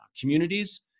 communities